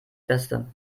beste